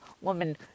woman